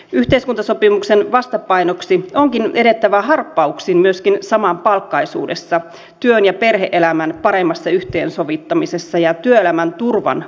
yhteiskuntasopimuksen vastapainoksi onkin edettävä harppauksin myöskin samapalkkaisuudessa työn ja perhe elämän paremmassa yhteensovittamisessa ja työelämän turvan parantamisessa